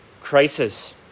crisis